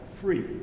free